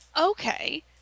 Okay